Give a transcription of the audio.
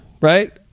right